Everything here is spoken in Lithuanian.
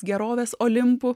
gerovės olimpu